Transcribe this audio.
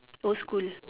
old school